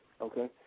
Okay